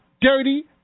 Dirty